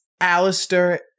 Alistair